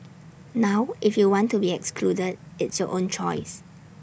now if you want to be excluded it's your own choice